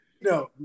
No